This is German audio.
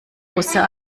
russe